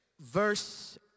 verse